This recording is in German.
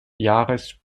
jahres